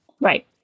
Right